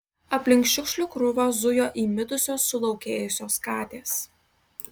aplink šiukšlių krūvą zujo įmitusios sulaukėjusios katės